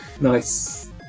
Nice